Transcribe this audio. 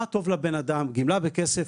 מה טוב לבן אדם גמלה בכסף,